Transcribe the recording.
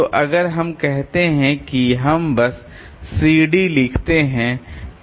तो अगर हम कहते हैं कि हम बस cd लिखते हैं